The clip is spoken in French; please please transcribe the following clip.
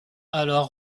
alors